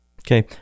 Okay